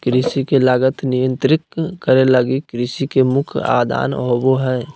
कृषि के लागत नियंत्रित करे लगी कृषि के मुख्य आदान होबो हइ